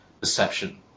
perception